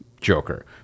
joker